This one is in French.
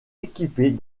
équipées